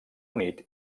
unit